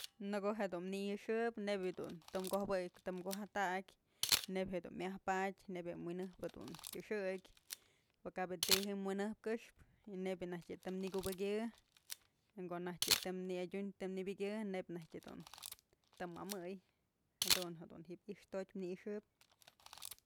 Nëko jedun na'a i'ixëp nebyë dun tëm kujopëy tëm kujajtakyë neyb jedun myajpadyë neyb je'e wi'injëp jedun kyëxëkyë pëkap je'e ti'i ji'im wi'injëp këxpë y neyb najk të nëkyubëkyë y ko'o najtyë tëm nëadyun nëbi'ikyë neyb naj jedun të mëmëy jadun jedun ji'ib i'ixtotyë në i'ixëp.